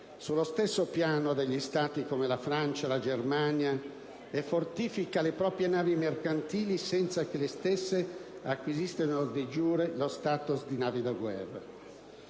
sullo stesso piano di Stati come la Francia o la Germania, fortificando le proprie navi mercantili senza che le stesse acquisiscano *de iure* lo *status* di navi da guerra.